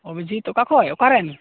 ᱚᱵᱷᱤᱡᱤᱛ ᱚᱠᱟᱠᱷᱚᱡ ᱚᱠᱟᱨᱮᱱ